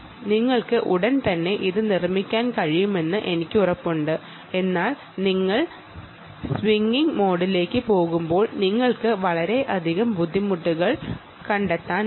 നിങ്ങൾക്ക് ഉടൻ തന്നെ ഇത് നിർമ്മിക്കാൻ കഴിയുമെന്ന് എനിക്ക് ഉറപ്പുണ്ട് എന്നാൽ നിങ്ങൾ സ്വിംഗിംഗ് മോഡിലേക്ക് പോകുമ്പോൾ നിങ്ങൾക്ക് വളരെയധികം ബുദ്ധിമുട്ടുകൾ കണ്ടെത്താനാകും